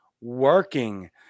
working